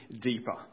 deeper